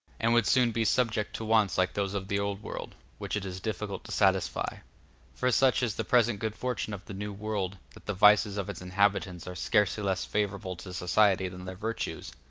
and would soon be subject to wants like those of the old world, which it is difficult to satisfy for such is the present good fortune of the new world, that the vices of its inhabitants are scarcely less favorable to society than their virtues.